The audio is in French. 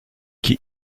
qui